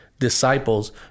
disciples